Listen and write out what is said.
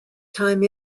time